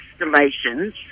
installations